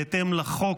בהתאם לחוק,